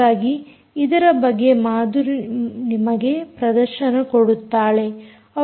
ಹಾಗಾಗಿ ಇದರ ಬಗ್ಗೆ ಮಾಧುರಿ ನಿಮಗೆ ಪ್ರದರ್ಶನ ಕೊಡುತ್ತಾಳೆ